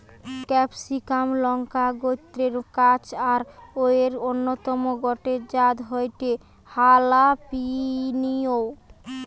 ক্যাপসিমাক লংকা গোত্রের গাছ আর অউর অন্যতম গটে জাত হয়ঠে হালাপিনিও